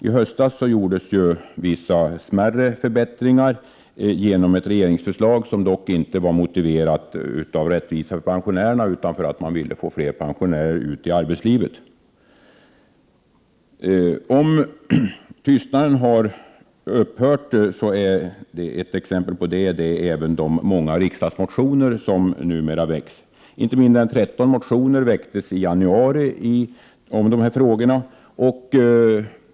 I höstas gjordes vissa smärre förbättringar genom ett regeringsförslag som dock inte var motiverat av rättvisa för pensionärerna utan av att man ville få fler pensionärer ut i arbetslivet. Ett annat exempel på att tystnaden har upphört är de många riksdagsmotioner som numera väcks. Inte mindre än 13 motioner väcktes i januari i dessa frågor.